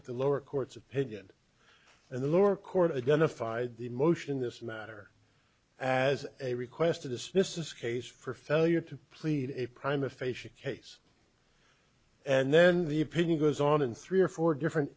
at the lower court's opinion in the lower court identified the motion in this matter as a request to dismiss this case for failure to plead a prime aphasia case and then the opinion goes on in three or four different